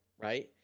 right